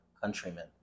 countrymen